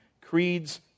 creeds